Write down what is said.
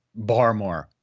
Barmore